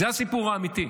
זה הסיפור האמיתי.